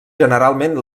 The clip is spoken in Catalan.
generalment